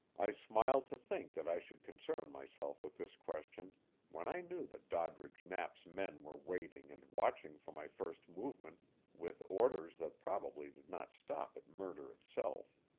i smiled to think that i should concern myself with this question when i knew that doddridge knapp's men were waiting and watching for my first movement with orders that probably did not stop at murder itself.